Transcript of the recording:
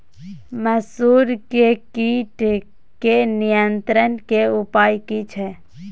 मसूर के कीट के नियंत्रण के उपाय की छिये?